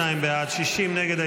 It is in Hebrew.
52 בעד, 60 נגד.